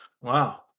Wow